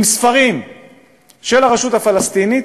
עם ספרים של הרשות הפלסטינית,